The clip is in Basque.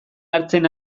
hartzen